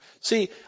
See